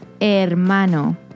hermano